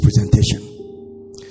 presentation